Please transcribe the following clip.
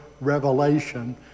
revelation